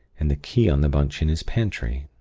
and the key on the bunch in his pantry.